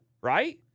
right